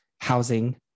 housing